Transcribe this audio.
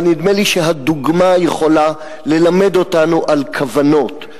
אבל נדמה לי שהדוגמה יכולה ללמד אותנו על כוונות.